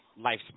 lifespan